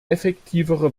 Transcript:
effektivere